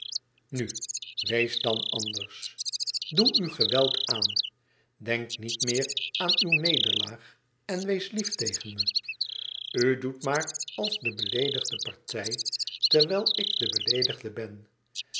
nu wees dan anders doe u geweld aan denk niet meer aan uw nederlaag en wees lief tegen me u doet maar als de beleedigde partij terwijl ik de beleedigde ben